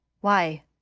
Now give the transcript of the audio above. Why